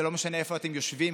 זה לא משנה איפה אתם יושבים,